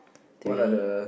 three